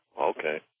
Okay